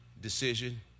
decision